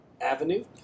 avenue